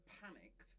panicked